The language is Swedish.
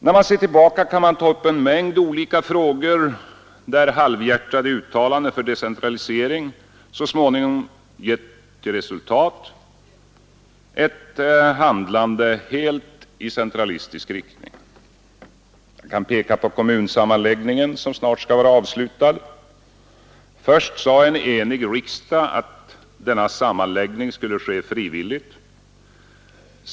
När man ser tillbaka kan man ta upp en mängd olika frågor där halvhjärtade uttalanden för decentralisering så småningom givit till resultat ett handlande helt i centralistisk riktning. Jag kan peka på kommunsammanläggningen, som snart skall vara avslutad. Först sade en enig riksdag att den skulle få ske frivilligt.